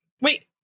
wait